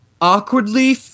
awkwardly